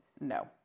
No